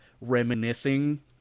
reminiscing